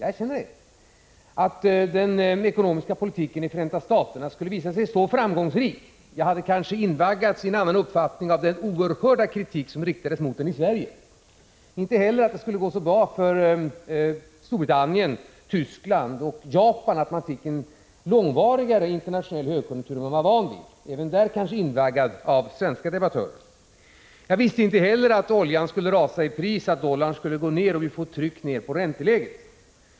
Jag erkänner det. Jag trodde inte att den ekonomiska politiken i Förenta staterna skulle visa sig så framgångsrik. Jag hade invaggats i en annan uppfattning av den oerhörda kritik som riktades mot den i Sverige. Inte heller hade jag trott att det skulle gå så bra för Storbritannien, Tyskland och Japan att den internationella högkonjunkturen skulle bli långvarigare än man var van vid — och även på den punkten var jag kanske påverkad av svenska debattörer. Jag visste inte heller att oljan skulle 107 rasa i pris, att dollarn skulle gå ned och att vi skulle få ett tryck nedåt på ränteläget.